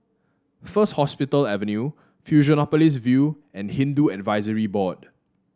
First Hospital Avenue Fusionopolis View and Hindu Advisory Board